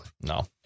No